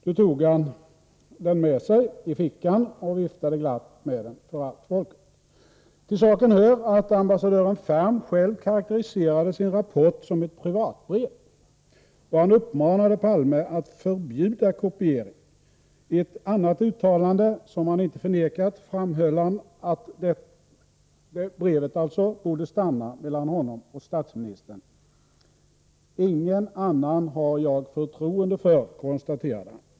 Då tog han den med sig i fickan och viftade glatt med den för allt folket. Till saken hör att ambassadören Ferm själv karakteriserade sin rapport som ett privatbrev, och han uppmanade Palme att förbjuda kopiering. I ett annat uttalande — som han inte förnekat — framhöll han att brevet borde stanna mellan honom och statsministern. ”Ingen annan har jag förtroende för”, konstaterade han.